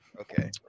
Okay